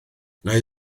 nai